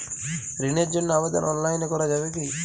ঋণের জন্য আবেদন অনলাইনে করা যাবে কি?